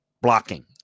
blocking